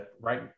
right